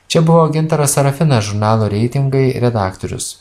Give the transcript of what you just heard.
čia buvo gintaras sarafinas žurnalo reitingai redaktorius